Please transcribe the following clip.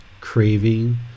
craving